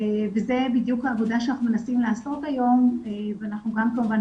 וזה בדיוק העבודה שאנחנו מנסים לעשות היום ואנחנו כמובן גם